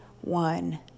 one